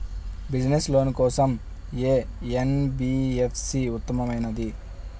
Business loan కోసం ఏ NBFC ఉత్తమమైనది?